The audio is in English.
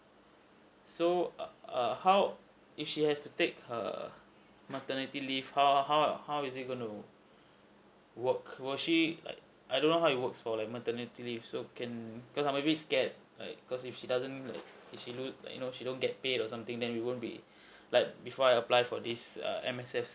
so err how if she has to take her maternity leave how how how is it gonna work will she like I don't know how it works for like maternity leave so can cause I'm already scared like cause if she doesn't like if she loss you know she don't get pay or something then we won't be like before I apply for this err M_S_F